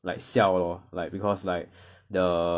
like 笑咯 like because like the